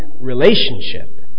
relationship